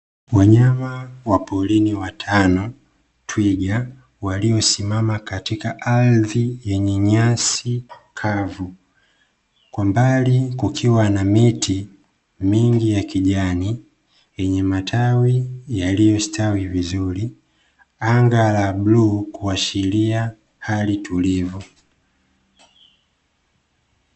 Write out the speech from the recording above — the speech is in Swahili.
Wanyama wa porini watano, twiga; waliosimama katika ardhi yenye nyasi kavu, kwa mbali kukiwa miti mingi ya kijani yenye matawi yaliyostawi vizuri, anga la bluu kuashiria hali tulivu.